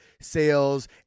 sales